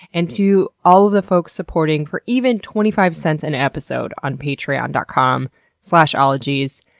and to all the folks supporting for even twenty five cents an episode on patreon dot com slash ologies.